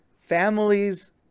families